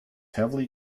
heavily